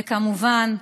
וכמובן,